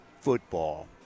football